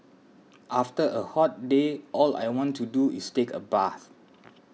after a hot day all I want to do is take a bath